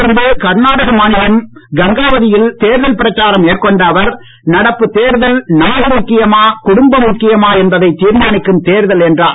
தொடர்ந்து கர்நாடக மாநிலம் கங்காவதியில் தேர்தல் பிரச்சாரம் மேற்கொண்ட அவர் நடப்பு தேர்தல் நாடு முக்கியமா குடும்பம் முக்கியமா என்பதை தீர்மானிக்கும் தேர்தல் என்றார்